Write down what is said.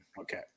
Okay